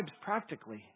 practically